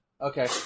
Okay